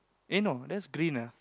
eh no that's green ah